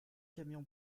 camion